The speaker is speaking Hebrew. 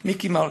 מיכי מרק,